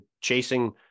chasing